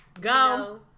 go